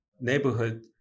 Neighborhood